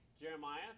Jeremiah